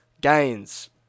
Gains